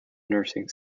nursing